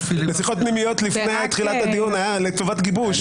לשיחות פנימיות וזה היה לטובת גיבוש.